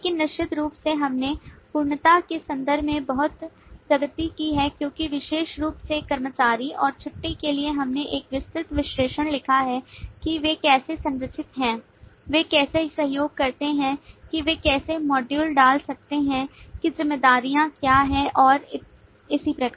लेकिन निश्चित रूप से हमने पूर्णता के संदर्भ में बहुत प्रगति की है क्योंकि विशेष रूप से कर्मचारी और छुट्टी के लिए हमने एक विस्तृत विश्लेषण लिखा है कि वे कैसे संरचित हैं वे कैसे सहयोग करते हैं कि वे कैसे मॉड्यूल डाल सकते हैं कि जिम्मेदारियां क्या हैं और इतने पर